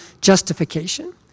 justification